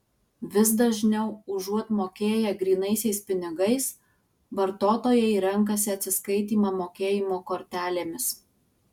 vis dažniau užuot mokėję grynaisiais pinigais vartotojai renkasi atsiskaitymą mokėjimo kortelėmis